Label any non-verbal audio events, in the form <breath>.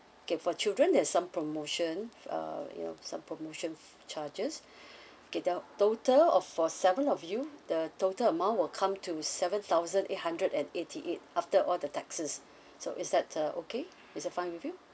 K for children there's some promotion uh you know some promotion charges <breath> get out total of for seven of you the total amount will come to seven thousand eight hundred and eighty eight after all the taxes so is that uh okay is that fine with you